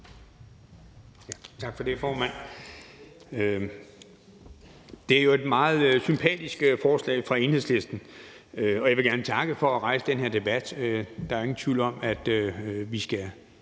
Tak for det, formand. Det er jo et meget sympatisk forslag fra Enhedslisten, og jeg vil gerne takke for at rejse den her debat. Der er jo ingen tvivl om, at vi skal